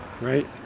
right